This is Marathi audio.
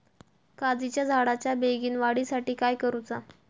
काजीच्या झाडाच्या बेगीन वाढी साठी काय करूचा?